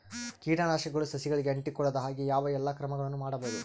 ಕೇಟನಾಶಕಗಳು ಸಸಿಗಳಿಗೆ ಅಂಟಿಕೊಳ್ಳದ ಹಾಗೆ ಯಾವ ಎಲ್ಲಾ ಕ್ರಮಗಳು ಮಾಡಬಹುದು?